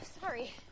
sorry